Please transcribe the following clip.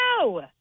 No